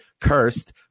cursed